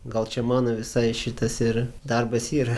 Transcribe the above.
gal čia mano visai šitas ir darbas yra